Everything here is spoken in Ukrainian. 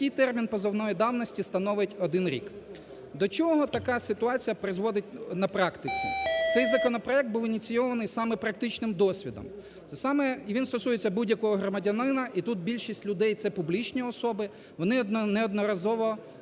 такий термін позовної давності становить один рік. До чого така ситуація призводить на практиці? Цей законопроект був ініційований саме практичним досвідом, і він стосується будь-якого громадянина, і тут більшість людей – це публічні особи, вони неодноразово